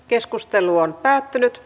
keskustelu päättyi